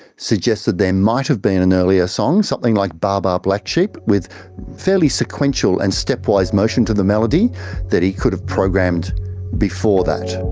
suggested there might have been an earlier song, something like baa baa black sheep with fairly sequential and stepwise motion to the melody that he could have programmed before that.